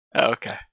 okay